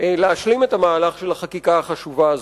להשלים את המהלך של החקיקה החשובה הזאת.